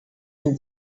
and